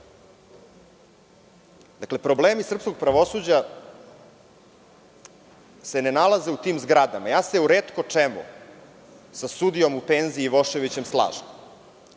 Dakle, problemi srpskog pravosuđa se ne nalaze u tim zgradama, ja se u retko čemu sa sudijom Ivoševićem slažem,